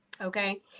Okay